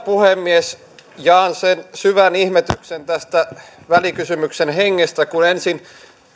puhemies jaan sen syvän ihmetyksen tästä välikysymyksen hengestä että kun ensin